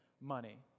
money